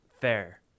Fair